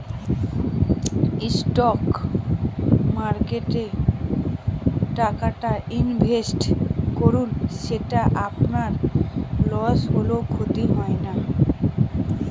stock মার্কেটে যে টাকাটা ইনভেস্ট করুন সেটা আপনার লস হলেও ক্ষতি হয় না